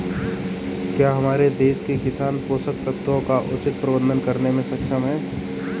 क्या हमारे देश के किसान पोषक तत्वों का उचित प्रबंधन करने में सक्षम हैं?